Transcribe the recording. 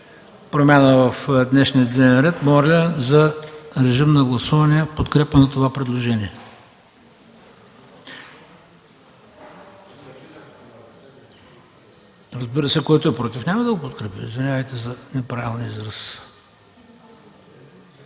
промяна в днешния дневен ред, моля, гласувайте в подкрепа на това предложение. Разбира се, който е против, няма да го подкрепи. Извинявайте за неправилния израз.